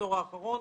בעשור האחרון.